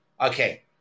okay